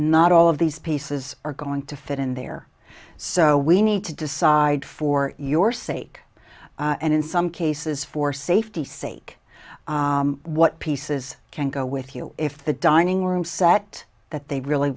not all of these pieces are going to fit in there so we need to decide for your sake and in some cases for safety sake what pieces can go with you if the dining room set that they really